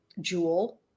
Jewel